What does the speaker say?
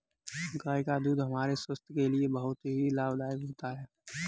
गाय का दूध हमारे स्वास्थ्य के लिए बहुत ही लाभदायक होता है